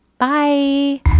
Bye